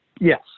yes